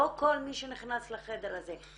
לא כל מי שנכנס לחדר הזה.